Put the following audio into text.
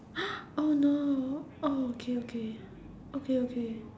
oh no oh okay okay okay okay